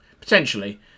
Potentially